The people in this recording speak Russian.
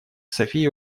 софия